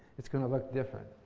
it's going to look different,